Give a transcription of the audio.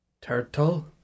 Turtle